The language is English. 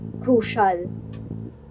crucial